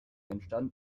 entstand